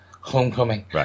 homecoming